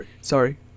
Sorry